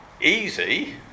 easy